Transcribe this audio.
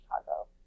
Chicago